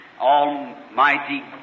Almighty